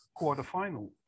quarterfinal